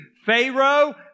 Pharaoh